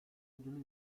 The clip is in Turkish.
ödülü